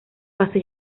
fase